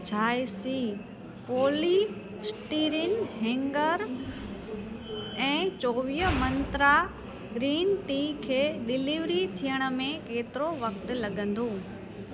जायसी polystyrene hanger ऐं चौवीह मंत्रा ग्रीन टी खे डिलीवर थियण में केतिरो वक़्त लॻंदो